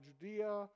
Judea